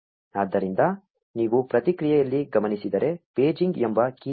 ಆದ್ದರಿಂದ ನೀವು ಪ್ರತಿಕ್ರಿಯೆಯಲ್ಲಿ ಗಮನಿಸಿದರೆ ಪೇಜಿಂಗ್ ಎಂಬ ಕೀ ಇದೆ